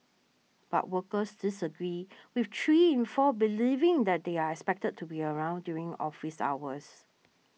but workers disagreed with three in four believing that they are expected to be around during office hours